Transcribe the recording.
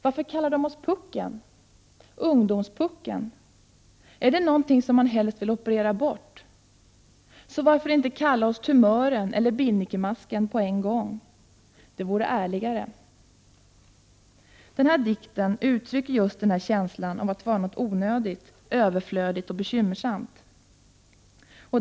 Varför kallar dom oss puckeln. Ungdomspuckeln. Är det något man helst vill operera bort? Så varför inte kalla oss tumören eller binnikemasken på en gång? Det vore ärligare. Dikten uttrycker just den här känslan av att vara något onödigt, överflödigt och bekymmersamt.